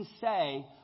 say